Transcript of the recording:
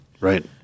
right